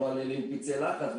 לא על אלה עם פצעי לחץ,